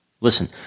Listen